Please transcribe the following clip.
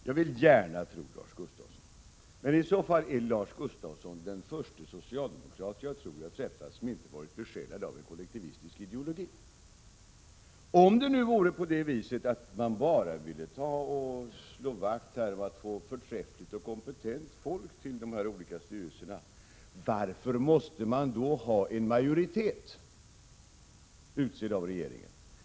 Herr talman! Jag vill gärna tro Lars Gustafsson, men i så fall är han den förste socialdemokrat som jag har träffat som inte har varit besjälad av en kollektivistisk ideologi. Om det är så att socialdemokraterna bara vill försäkra sig om att förträffligt och kompetent folk utses till de olika styrelserna, varför då kräva att en majoritet utses av regeringen?